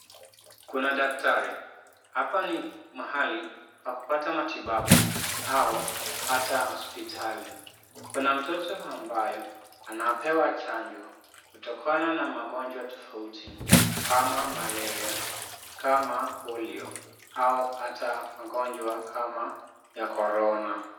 Kuna daktari. Hapa ni mahali pa kupata matibabu au hata hospitali . Kuna mtoto ambaye anapewa chanjo kutokana na magonjwa tofauti kama malaria, kama polio au hata magonjwa kama ya Corona .